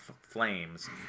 flames